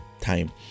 time